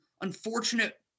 unfortunate